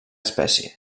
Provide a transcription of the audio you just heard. espècie